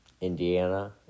Indiana